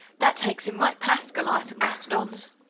that takes him right past goliath and mastodon's.